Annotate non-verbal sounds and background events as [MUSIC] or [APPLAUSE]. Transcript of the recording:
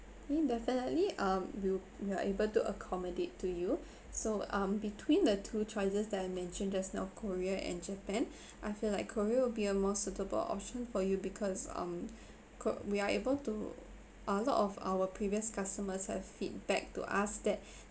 okay definitely uh we will we are able to accommodate to you [BREATH] so um between the two choices that I mentioned just now korea and japan [BREATH] I feel like korea would be a more suitable option for you because um [BREATH] ko~ we are able to a lot of our previous customers have feedback to us that [BREATH]